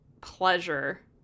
pleasure